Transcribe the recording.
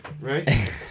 Right